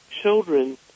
children